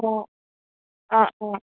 অঁ অঁ অঁ